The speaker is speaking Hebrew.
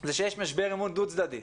זה שיש משבר אמון דו צדדי.